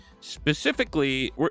Specifically